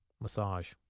Massage